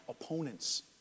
opponents